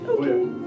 Okay